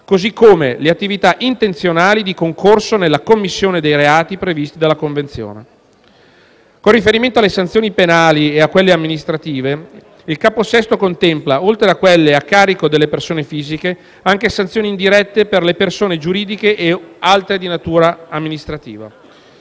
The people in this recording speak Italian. così come le attività intenzionali di concorso nella commissione dei reati previsti dalla Convenzione. Con riferimento alle sanzioni penali e amministrative il capo VI contempla, oltre a quelle a carico delle persone fisiche, anche sanzioni indirette per le persone giuridiche e altre di natura amministrativa.